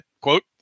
quote